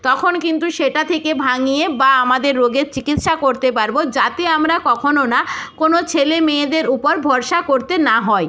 তখন কিন্তু সেটা থেকে ভাঙিয়ে বা আমাদের রোগের চিকিৎসা করতে পারবো যাতে আমরা কখনো না কোনো ছেলে মেয়েদের উপর ভরসা করতে না হয়